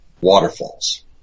waterfalls